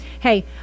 Hey